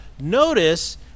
notice